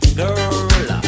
girl